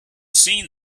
seen